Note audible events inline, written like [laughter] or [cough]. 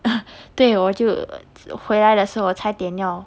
[breath] 对我就回来的时候我差点要